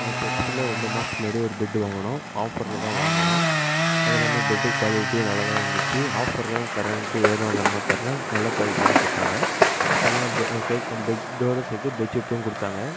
நாங்கள் பெப்ஸில்ரெண்டு மாசத்துக்கு முன்னாடி ஒரு பெட் வாங்கிணோம் ஆஃபரில் தான் வாங்கிணோம் அதில்லாமல் பெட் குவாலிட்டியும் நல்லா தான் இருந்துச்சு ஆஃபரில் தான் தரென்ட்டு ஏனோதானோமா தரல நல்ல குவாலிட்டியில் தான் கொடுத்தாங்க அதுல்லாமல் சேர் பெட்டோடு சேர்த்து பெட்ஷீட்டும் கொடுத்தாங்க